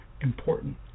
important